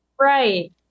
Right